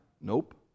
Nope